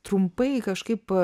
trumpai kažkaip